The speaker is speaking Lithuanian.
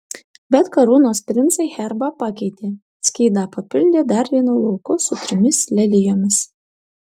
bet karūnos princai herbą pakeitė skydą papildė dar vienu lauku su trimis lelijomis